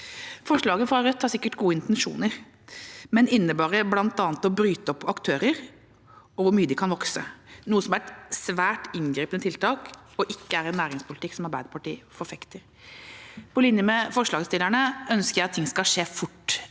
Rødt har sikkert gode intensjoner med forslaget, men det innebærer bl.a. å bryte opp aktører og hvor mye de kan vokse, noe som er et svært inngripende tiltak, og det er ikke en næringspolitikk som Arbeiderpartiet forfekter. På linje med forslagsstillerne ønsker jeg at ting skal skje fort,